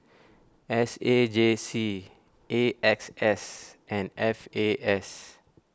S A J C A X S and F A S